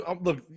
look